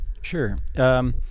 Sure